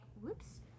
whoops